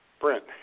Brent